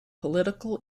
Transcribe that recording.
political